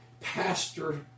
pastor